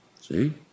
See